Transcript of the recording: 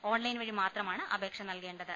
online വഴി മാത്രമാണ് അപേക്ഷ നൽകേണ്ടത്